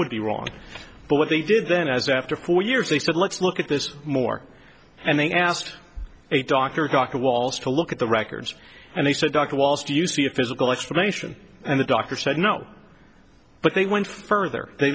would be wrong but what they did then as after four years they said let's look at this more and they asked a doctor dr walsh to look at the records and they said dr walls do you see a physical explanation and the doctor said no but they went further they